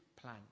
plan